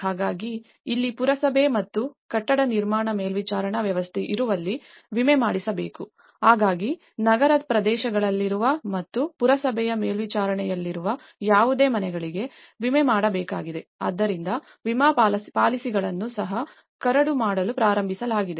ಹಾಗಾಗಿ ಇಲ್ಲಿ ಪುರಸಭೆ ಮತ್ತು ಕಟ್ಟಡ ನಿರ್ಮಾಣ ಮೇಲ್ವಿಚಾರಣಾ ವ್ಯವಸ್ಥೆ ಇರುವಲ್ಲಿ ವಿಮೆ ಮಾಡಿಸಬೇಕು ಹಾಗಾಗಿ ನಗರ ಪ್ರದೇಶಗಳಲ್ಲಿರುವ ಮತ್ತು ಪುರಸಭೆಯ ಮೇಲ್ವಿಚಾರಣೆಯಲ್ಲಿರುವ ಯಾವುದೇ ಮನೆಗಳಿಗೆ ವಿಮೆ ಮಾಡಬೇಕಾಗಿದೆ ಆದ್ದರಿಂದ ವಿಮಾ ಪಾಲಿಸಿಗಳನ್ನು ಸಹ ಕರಡು ಮಾಡಲು ಪ್ರಾರಂಭಿಸಲಾಗಿದೆ